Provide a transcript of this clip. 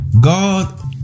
God